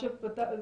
לנהלים.